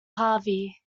harvey